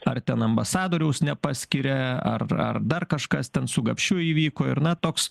ar ten ambasadoriaus nepaskiria ar ar dar kažkas ten su gapšiu įvyko ir na toks